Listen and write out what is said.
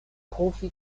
profi